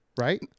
right